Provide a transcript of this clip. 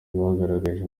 bagaragaje